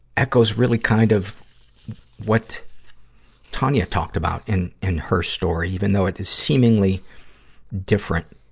echoes really kind of what tonya talked about in, in her story, even though it is seemingly different.